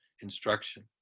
instruction